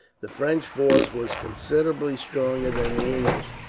the french force was considerably stronger than the english,